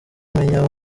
umenya